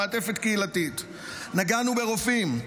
נגענו ברופאים,